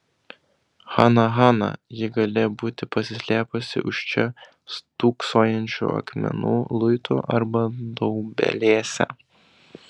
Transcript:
hana hana ji galėjo būti pasislėpusi už čia stūksojusių akmenų luitų arba daubelėse